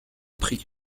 prix